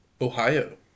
Ohio